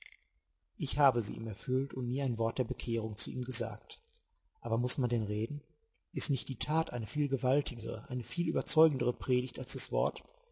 ich habe sie ihm erfüllt und nie ein wort der bekehrung zu ihm gesagt aber muß man denn reden ist nicht die tat eine viel gewaltigere eine viel überzeugendere predigt als das wort